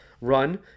run